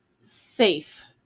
safe